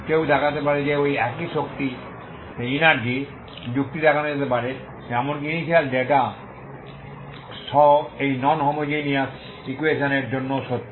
কেউ দেখাতে পারে যে এই একই শক্তি যুক্তি দেখানো যেতে পারে এমনকি ইনিশিয়াল ডেটা সহ এই নন হোমোজেনিয়াস ইকুয়েশন এর জন্যও সত্য